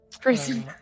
Prison